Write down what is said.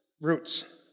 Roots